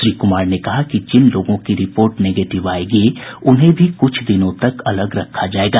श्री कुमार ने कहा कि जिन लोगों की रिपोर्ट निगेटिव आयेगी उन्हें भी कुछ दिनों तक अलग रखा जायेगा